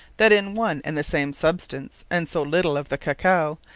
that in one and the same substance, and so little of the cacao,